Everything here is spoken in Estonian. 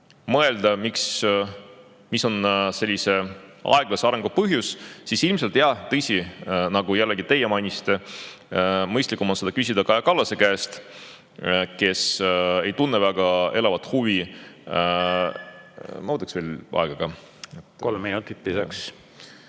mõelda, mis on sellise aeglase arengu põhjus, siis ilmselt jah, tõsi, nagu teiegi mainisite, mõistlikum on seda küsida Kaja Kallase käest, kes ei tunne väga elavat huvi … Ma võtaksin lisaaega ka. Kolm minutit lisaks.